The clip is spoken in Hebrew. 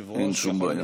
זה תלוי בו.